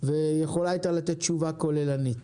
ויכולה הייתה לענות תשובה כוללנית.